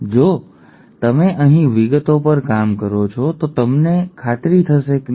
જો તમે અહીં વિગતો પર કામ કરો છો તો અમને ખાતરી થશે નહીં